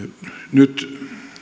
nyt